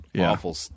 awful